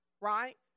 right